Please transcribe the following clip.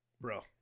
bro